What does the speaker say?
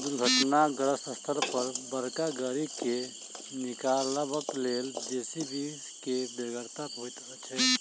दुर्घटनाग्रस्त स्थल पर बड़का गाड़ी के निकालबाक लेल जे.सी.बी के बेगरता होइत छै